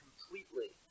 completely